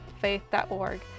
faith.org